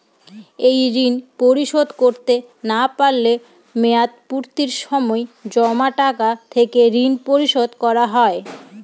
এই ঋণ পরিশোধ করতে না পারলে মেয়াদপূর্তির সময় জমা টাকা থেকে ঋণ পরিশোধ করা হয়?